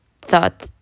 thought